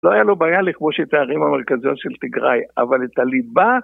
לא היה לו בעיה לכבוש את הערים המרכזיות של תגריי, אבל את הליבה...